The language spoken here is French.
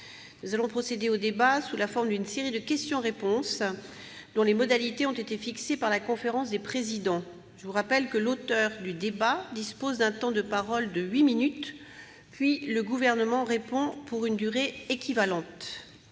Nous allons procéder au débat sous la forme d'une série de questions-réponses, dont les modalités ont été fixées par la conférence des présidents. Je rappelle que l'auteur de la demande du débat dispose d'un temps de parole de huit minutes, puis le Gouvernement répond pour une durée équivalente.